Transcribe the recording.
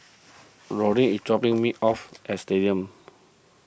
Lorin is dropping me off at Stadium